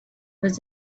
was